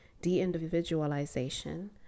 de-individualization